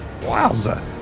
Wowza